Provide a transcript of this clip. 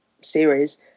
series